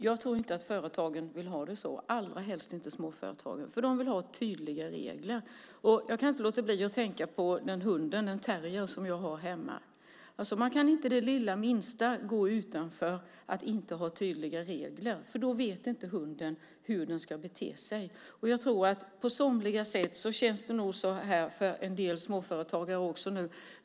Jag tror inte att företagen vill ha det så, allra helst inte småföretagen. De vill ha tydliga regler. Jag kan inte låta bli att tänka på den hund, en terrier, som jag har hemma. Man kan inte det minsta lilla gå utanför tydliga regler. Då vet inte hunden hur den ska bete sig. Jag tror att det på somliga sätt känns så för en del småföretagare också nu.